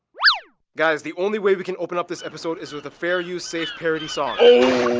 guys, the only way we can open up this episode is with a fair use safe parody song.